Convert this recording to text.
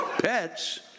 Pets